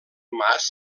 mas